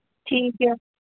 ठीक ऐ